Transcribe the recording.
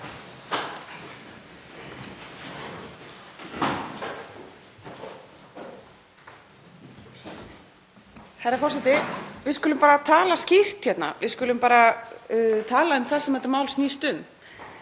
Herra forseti. Við skulum bara tala skýrt hérna, við skulum bara tala um það sem þetta mál snýst um.